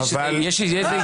יש איזה איסור?